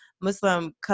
Muslim